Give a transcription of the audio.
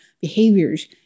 behaviors